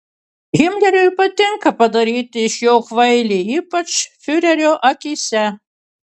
himleriui patinka padaryti iš jo kvailį ypač fiurerio akyse